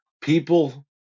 people